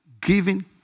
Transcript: Giving